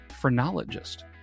phrenologist